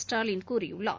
ஸ்டாலின் கூறியுள்ளார்